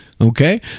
Okay